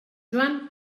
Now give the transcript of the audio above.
joan